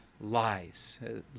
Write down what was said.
lies